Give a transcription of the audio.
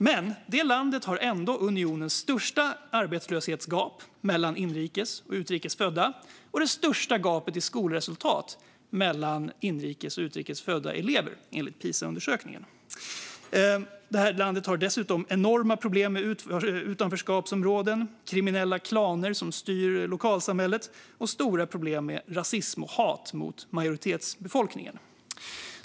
Men det landet har ändå unionens största arbetslöshetsgap mellan inrikes och utrikes födda samt det största gapet i skolresultat mellan inrikes och utrikes födda elever enligt Pisa-undersökningen. Det här landet har dessutom enorma problem med utanförskapsområden, kriminella klaner som styr lokalsamhället och stora problem med rasism och hat mot majoritetsbefolkningen.